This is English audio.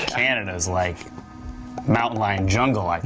canada is like mountain lions jungles like